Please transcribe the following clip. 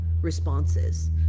responses